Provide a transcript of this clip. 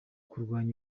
kurwanya